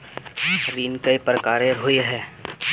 ऋण कई प्रकार होए है?